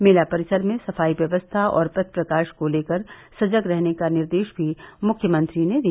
मेला परिसर में सफाई व्यवस्था और पथ प्रकाश को लेकर सजग रहने का निर्देश भी मुख्यमंत्री ने दिया